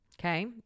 okay